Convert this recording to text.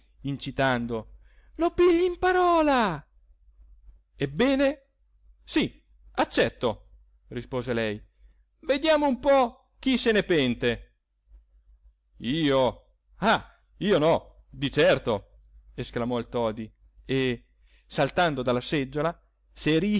incitando lo pigli in parola ebbene sì accetto rispose lei vediamo un po chi se ne pente io ah io no di certo esclamò il todi e saltando dalla seggiola